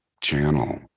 channel